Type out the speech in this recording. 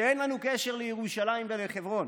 שאין לנו קשר לירושלים ולחברון.